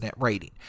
rating